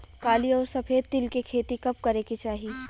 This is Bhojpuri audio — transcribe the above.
काली अउर सफेद तिल के खेती कब करे के चाही?